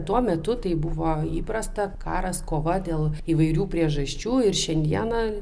tuo metu tai buvo įprasta karas kova dėl įvairių priežasčių ir šiandieną